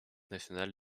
national